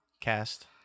cast